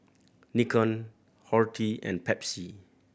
Nikon Horti and Pepsi